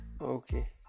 Okay